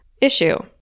issue